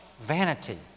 vanity